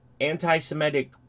anti-Semitic